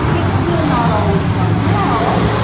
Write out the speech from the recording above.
it's still not always done well,